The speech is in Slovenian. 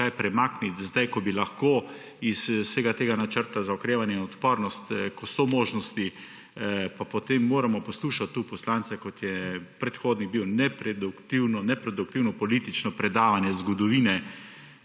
kaj premakniti, zdaj ko bi lahko iz vsega tega Načrta za okrevanje in odpornost, ko so možnosti, pa potem moramo poslušati tu poslanca, kot je predhodnik bil, neproduktivno politično predavanje zgodovine